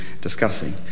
discussing